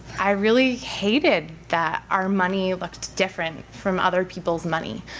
i really hated that our money looked different from other people's money.